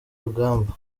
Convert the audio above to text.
rugamba